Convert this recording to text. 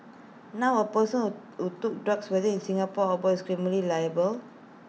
now A person who took drugs whether in Singapore or abroad is criminally liable